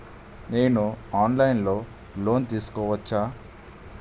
నేను online లో loan తీసుకోవచ్చా?